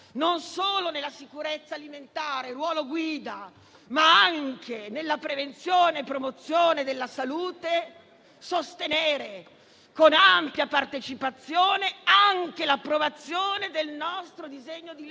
non solo nella sicurezza alimentare, ma anche nella prevenzione e promozione della salute, sostenere, con ampia partecipazione, l'approvazione del nostro disegno di legge